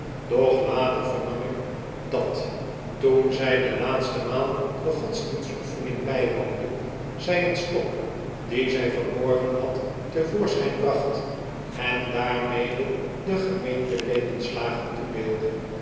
doch later vernam ik dat toen zij de laatste maal de godsdienstoefening bijwoonde zij een stok dien zij verborgen had te voorschijn bracht en daarmede den gemeenteleden slagen toedeelde